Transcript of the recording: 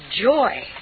joy